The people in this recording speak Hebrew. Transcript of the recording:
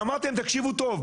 ואמרתי להם: תקשיבו טוב,